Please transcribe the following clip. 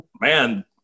man